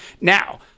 Now